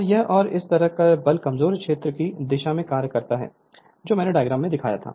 और यह और इस तरह बल कमजोर क्षेत्र की दिशा में कार्य करता है जो मैंने डायग्राम में दिखाया था